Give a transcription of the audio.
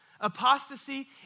Apostasy